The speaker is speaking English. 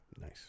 Nice